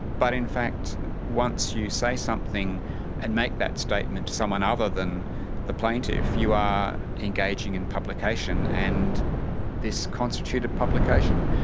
but in fact once you say something and make that statement to someone other than the plaintiff you are engaging in publication, and this constituted publication,